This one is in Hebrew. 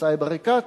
לסאיב עריקאת,